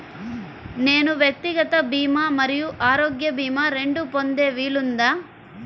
నేను వ్యక్తిగత భీమా మరియు ఆరోగ్య భీమా రెండు పొందే వీలుందా?